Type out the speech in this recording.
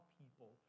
people